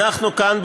אנחנו כאן,